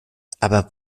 aber